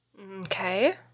Okay